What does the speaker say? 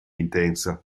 intensa